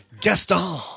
Gaston